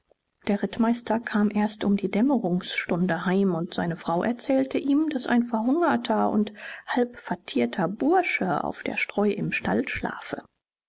der rittmeister kam erst um die dämmerungsstunde heim und seine frau erzählte ihm daß ein verhungerter und halbvertierter bursche auf der streu im stall schlafe